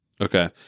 Okay